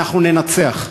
אנחנו ננצח.